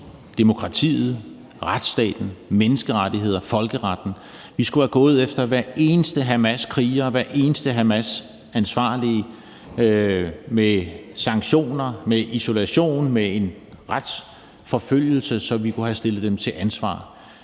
demokratiet, retsstaten, menneskerettighederne og folkeretten. Vi skulle have gået efter hver eneste Hamaskriger og hver eneste Hamasansvarlige med sanktioner, isolation og retsforfølgelse, så vi kunne have stillet dem til ansvar.